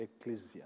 ecclesia